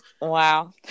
Wow